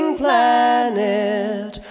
planet